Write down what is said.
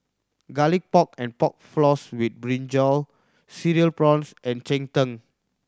Garlic Pork and Pork Floss with brinjal Cereal Prawns and cheng tng